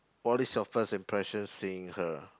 what is your first impression seeing her